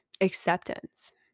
Acceptance